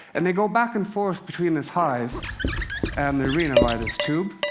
and they go back and forth between this hive and the arena, via this tube.